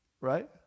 right